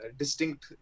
distinct